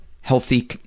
healthy